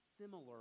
similar